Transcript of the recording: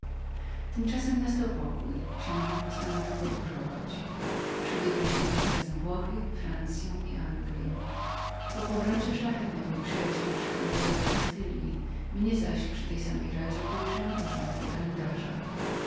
tymczasem nastał pokój książe postanowił podróżować przebiegliśmy więc razem włochy francyą i angliją po powrocie szlachetny mój przyjaciel wszedł do rady kastylji mnie zaś przy tej samej radzie powierzono urząd